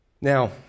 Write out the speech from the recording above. Now